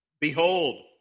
Behold